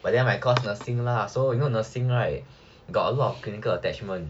but then my course nursing lah so you know nursing right got a lot of clinical attachment